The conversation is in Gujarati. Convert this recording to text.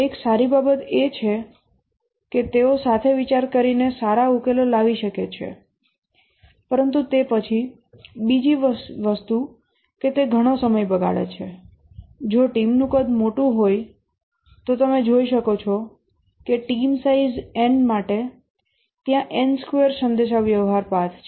એક સારી બાબત એ છે કે તેઓ સાથે વિચાર કરી ને સારા ઉકેલો લાવી શકે છે પરંતુ તે પછી બીજી વસ્તુ કે તે ઘણો સમય બગાડે છે જો ટીમનું કદ મોટું હોય તો તમે જોઈ શકો છો કે ટીમ સાઈઝ N માટે ત્યાં સંદેશાવ્યવહાર પાથ છે